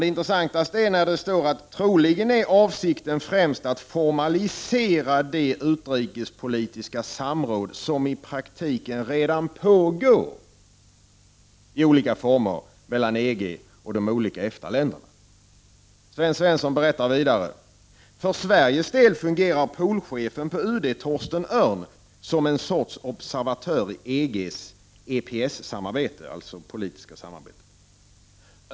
Det intressanta är att det också sägs att avsikten troligen är främst att formalisera det utrikespolitiska samråd som i praktiken redan pågår i olika former mellan EG och EF TA-länderna. Sven Svensson berättar vidare: ”för Sveriges del fungerar polchefen på UD, Torsten Örn, som en sorts observatör i EG:s EPS-samarbete.